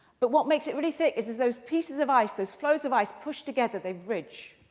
but what makes it really thick is as those pieces of ice, those floes of ice push together, they ridge,